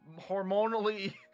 Hormonally